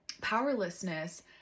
powerlessness